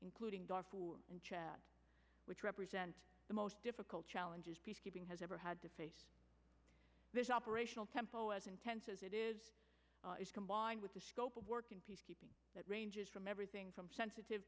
including darfur and chad which represent the most difficult challenges peacekeeping has ever had to face this operational tempo as intense as it is is combined with the scope of work in peacekeeping that ranges from everything from sensitive